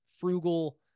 frugal